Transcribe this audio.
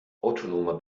autonomer